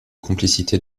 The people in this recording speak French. complicité